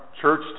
church